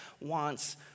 wants